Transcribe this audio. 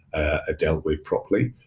ah dealt with properly.